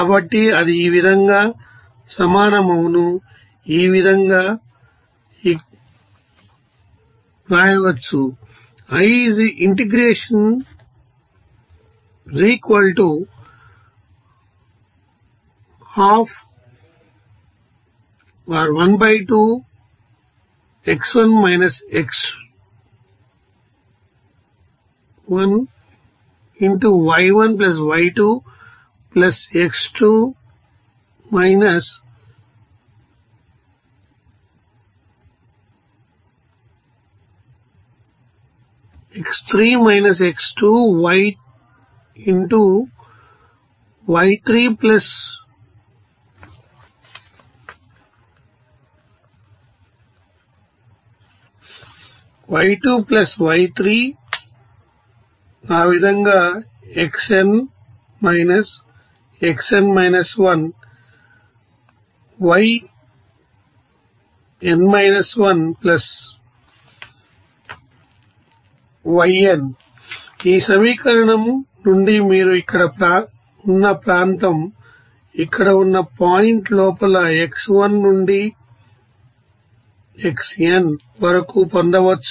కాబట్టి అది ఈ విధంగా సమానమవును ఈ క్రింది విధంగా వ్రాయవచ్చు ఈ సమీకరణం నుండి మీరు ఇక్కడ ఉన్న ప్రాంతం ఇక్కడ ఉన్న పాయింట్ లోపలx1నుండిxn వరకు పొందవచ్చు